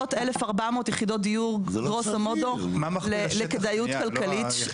1,400 יחידות דיור גרוסו מודו לכדאיות כלכלית.